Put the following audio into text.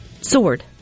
sword